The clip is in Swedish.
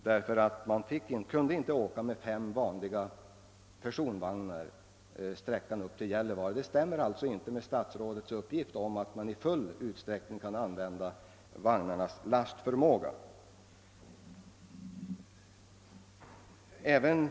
Även på sträckan öÖstersund— Vilhelmina fick man köra mycket försiktigt. Detta stämmer alltså inte med statsrådets uppgift att man i full utsträckning kan utnyttja vagnarnas lastförmåga.